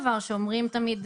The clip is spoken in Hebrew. שאומרים תמיד,